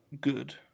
good